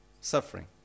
Suffering